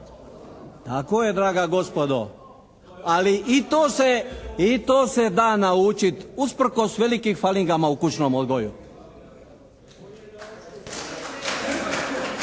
A ko je draga gospodo? Ali i to se, i to se da naučiti usprkos velikim falingama u kućnom odgoju.